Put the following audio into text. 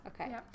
okay